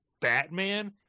batman